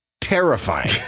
terrifying